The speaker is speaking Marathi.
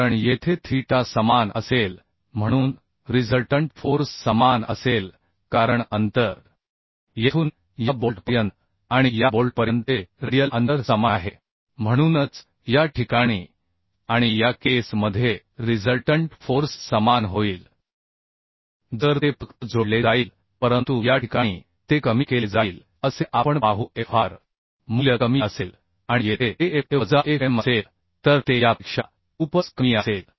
कारण येथे थीटा समान असेल म्हणून रिझल्टंट फोर्स समान असेल कारण अंतर येथून या बोल्टपर्यंत आणि या बोल्टपर्यंतचे रेडियल अंतर समान आहे म्हणूनच या ठिकाणी आणि या केस मध्ये रिझल्टंट फोर्स समान होईल जर ते फक्त जोडले जाईल परंतु या ठिकाणी ते कमी केले जाईल असे आपण पाहू Fr मूल्य कमी असेल आणि येथे ते Faवजा Fm असेल तर ते यापेक्षा खूपच कमी असेल